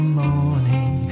morning